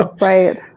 Right